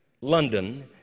London